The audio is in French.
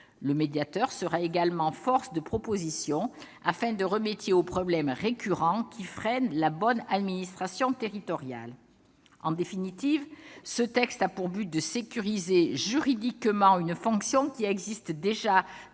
Le médiateur sera également force de proposition, afin de remédier aux problèmes récurrents qui freinent la bonne administration territoriale. En définitive, ce texte a pour objectif de sécuriser juridiquement une fonction qui existe déjà dans certaines